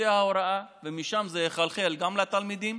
לצוותי ההוראה, ומשם זה יחלחל גם לתלמידים